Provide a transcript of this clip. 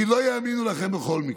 כי לא יאמינו לכם בכל מקרה.